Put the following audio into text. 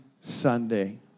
Sunday